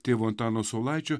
tėvo antano saulaičio